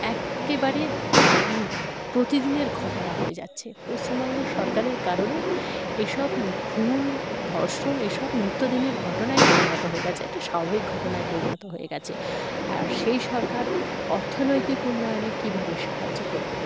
একেবারে প্রতিদিনের ঘটনা হয়ে যাচ্ছে পশ্চিমবঙ্গ সরকারের কারণে এসব খুন ধর্ষণ এসব নিত্যদিনের ঘটনায় পরিণত হয়ে গেছে একটা স্বাভাবিক ঘটনায় পরিণত হয়ে গেছে আর সেই সরকার অর্থনৈতিক উন্নয়নে কীভাবে সাহায্য করবে